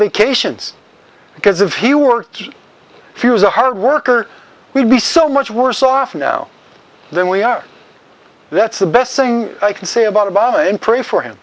vacations because if he worked he was a hard worker we'd be so much worse off now than we are that's the best thing i can say about obama and pray for him